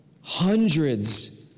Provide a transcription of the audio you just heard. Hundreds